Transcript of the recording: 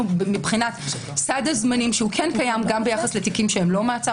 מבחינת סד הזמנים שכן קיים גם ביחס לתיקים שהם לא מעצר.